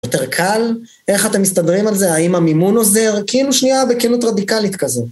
יותר קל, איך אתם מסתדרים על זה? האם המימון עוזר? כאילו שנייה, בכנות רדיקלית כזאת.